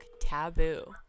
Taboo